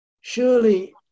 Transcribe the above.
surely